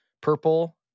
purple